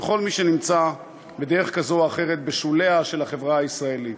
וכל מי שנמצא בדרך כזו או אחרת בשוליה של החברה הישראלית.